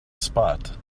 spot